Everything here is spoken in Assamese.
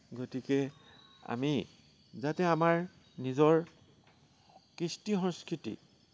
গতিকে আমি যাতে আমাৰ নিজৰ কৃষ্টি সংস্কৃতি